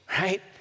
right